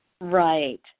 Right